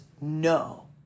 no